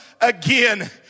again